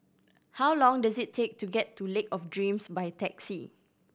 how long does it take to get to Lake of Dreams by taxi